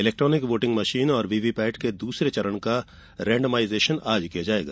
electronic voting machine और VV PAT के दूसरे चरण का रेण्डमाइजेशन आज किया जायेगा